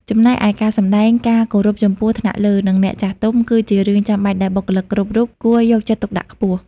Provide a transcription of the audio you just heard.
ចំណែកឯការសម្ដែងការគោរពចំពោះថ្នាក់លើ និងអ្នកចាស់ទុំ គឺជារឿងចាំបាច់ដែលបុគ្គលិកគ្រប់រូបគួរយកចិត្តទុកដាក់ខ្ពស់។